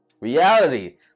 reality